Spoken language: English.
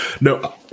no